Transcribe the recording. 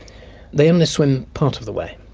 they only swim part of the way.